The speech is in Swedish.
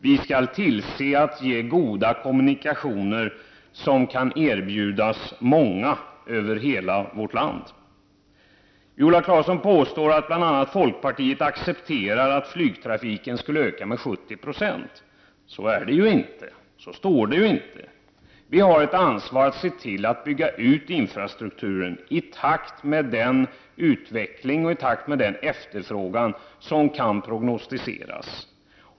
Den är bl.a. att se till att så många delar som möjligt av vårt land erbjuds goda kommunikationer. Viola Claesson påstår att folkpartiet accepterar att flygtrafiken ökar med 70 Yo. Så är det ju inte, och så står det inte heller i handlingarna. Vi har ett ansvar att se till att infrastrukturen byggs ut i takt med den utveckling och efterfrågan som kan prognostiseras.